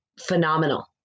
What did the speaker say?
phenomenal